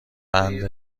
بند